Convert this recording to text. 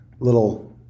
Little